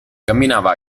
camminava